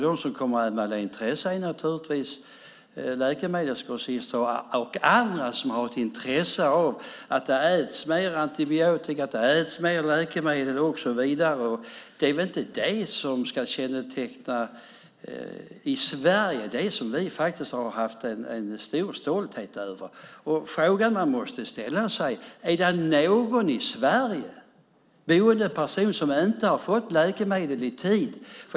De som kommer att anmäla intresse är naturligtvis läkemedelsgrossister och andra som har ett intresse av att det äts mer antibiotika, mer läkemedel och så vidare. Det är väl inte det som i Sverige ska känneteckna det som vi känner en stor stolthet över? Den fråga man måste ställa sig är: Är det någon i Sverige boende person som inte har fått läkemedel i tid?